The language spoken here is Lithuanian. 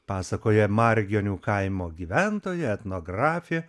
pasakoja margionių kaimo gyventoja etnografė